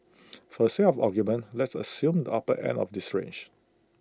for the sake of argument let's assume the upper end of this range